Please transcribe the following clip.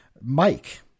Mike